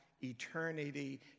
eternity